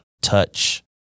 touch